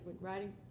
writing